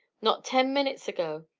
not ten minutes ago,